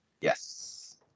Yes